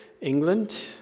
England